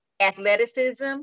athleticism